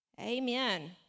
Amen